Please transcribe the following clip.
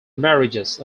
marriages